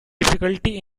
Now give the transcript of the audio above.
difficulty